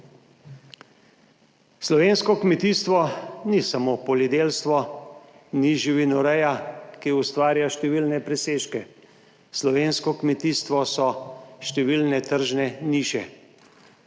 Slovensko kmetijstvo ni samo poljedelstvo, ni živinoreja, ki ustvarja številne presežke, slovensko kmetijstvo so številne tržne niše.